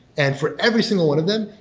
and for every single one of them,